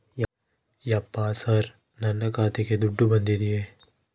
ಯಪ್ಪ ಸರ್ ನನ್ನ ಖಾತೆಗೆ ದುಡ್ಡು ಬಂದಿದೆಯ?